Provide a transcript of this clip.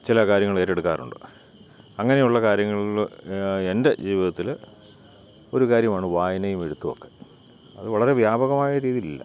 ചില കാര്യങ്ങൾ ഏറ്റെടുക്കാറുണ്ട് അങ്ങനെയുള്ള കാര്യങ്ങളിൽ എൻ്റെ ജീവിതത്തിൽ ഒരു കാര്യമാണ് വായനയും എഴുത്തുമൊക്കെ അത് വളരെ വ്യാപകമായ രീതിയിൽ ഇല്ല